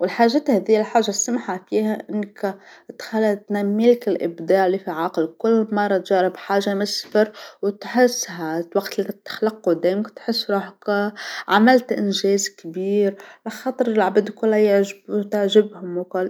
والحاجات تهذي الحاجة السمحة فيها أنك تخليها تنميلك الإبداع اللي في عقلك كل مرة تجرب حاجة مش سر وتحسها الوقت اللي كتخلق قدامك تحس روحك عملت إنجاز كبير خاطر العباد كلها تعج-تعجبهم وكل.